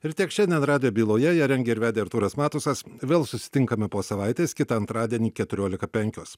ir tiek šiandien radijo byloje ją rengė ir vedė artūras matusas vėl susitinkame po savaitės kitą antradienį keturiolika penkios